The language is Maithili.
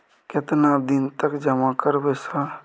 केतना दिन तक जमा करबै सर?